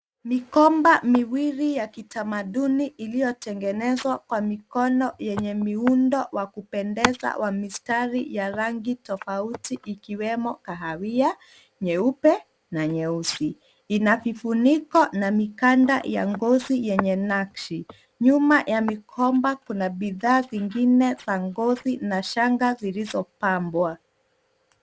Mikoba miwili ya kitamaduni iliyotengenezwa kwa mikono yenye miundo wa kupendeza wa mistari ya rangi tofauti ikiwemo kahawia, nyeupe na nyeusi. Ina vifuniko na mikanda na ngozi yenye nakshi. Nyuma ya mikoba kuna bidhaa zingine za ngozi na shanga zilizopambwa.